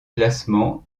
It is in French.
classement